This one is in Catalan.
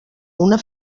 una